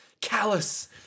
callous